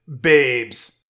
babes